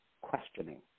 questioning